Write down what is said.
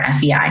FEI